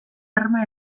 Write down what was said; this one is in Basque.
arma